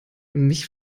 mich